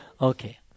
Okay